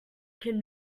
can